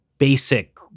basic